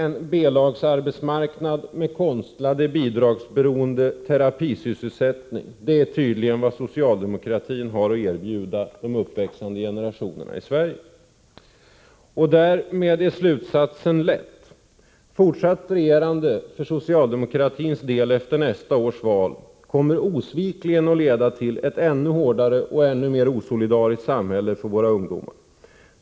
En B-lagsarbetsmarknad med konstlad, bidragsberoende terapisysselsättning är tydligen vad socialdemokratin har att erbjuda de uppväxande generationerna i Sverige. Därmed är slutsatsen lätt att dra. Ett fortsatt regerande för socialdemokratin efter nästa års val kommer osvikligen att leda till ett ännu hårdare och ännu mer osolidariskt samhälle för våra ungdomar.